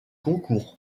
concours